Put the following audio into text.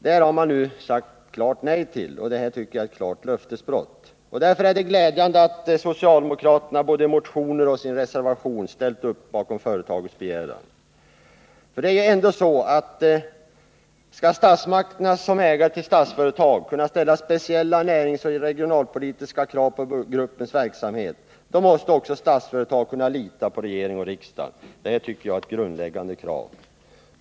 Det har man nu sagt nej till, vilket jag tycker är ett klart löftesbrott. Därför är det glädjande att socialdemokraterna både i motioner och i sin reservation stöder företagets begäran. Men skall statsmakterna som ägare till Statsföretag kunna ställa speciella näringsoch regionalpolitiska krav på gruppens verksamhet, då måste också Statsföretag kunna lita på regering och riksdag. Det är, tycker jag, ett grundläggande krav.